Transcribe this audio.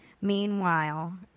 Meanwhile